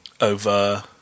Over